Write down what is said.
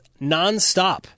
nonstop